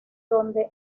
donde